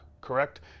correct